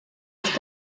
ich